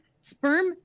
sperm